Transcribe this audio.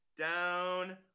down